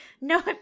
no